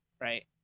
right